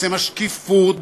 בשם השקיפות,